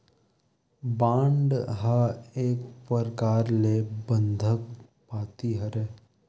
bond ह एक परकार ले बंधक पाती हरय